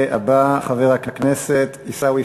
והבא, חבר הכנסת עיסאווי